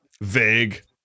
vague